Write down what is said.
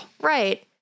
Right